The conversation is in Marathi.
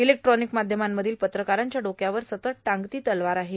इलेक्ट्रॉनिक माध्यमांमधील पत्रकारांच्या डोक्यावर सतत टांगती तलवार आहे